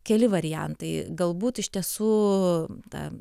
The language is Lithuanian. keli variantai galbūt iš tiesų ta